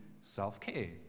self-care